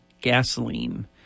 gasoline